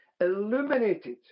illuminated